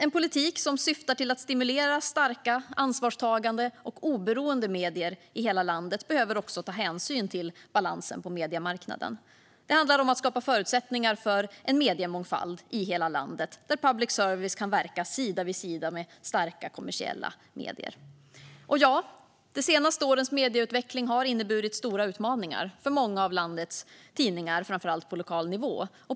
En politik som syftar till att stimulera starka, ansvarstagande och oberoende medier i hela landet behöver också ta hänsyn till balansen på mediemarknaden. Det handlar om att skapa förutsättningar för en mediemångfald i hela landet där public service kan verka sida vid sida med starka kommersiella medier. De senaste årens medieutveckling har inneburit stora utmaningar för många av landets tidningar framför allt på lokal nivå.